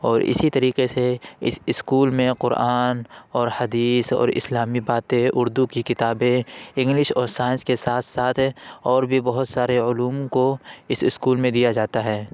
اور اسی طریقے سے اس اسکول میں قرآن اور حدیث اور اسلامی باتیں اردو کی کتابیں انگلش اور سائنس کے ساتھ ساتھ اور بھی بہت سارے علوم کو اس اسکول میں دیا جاتا ہے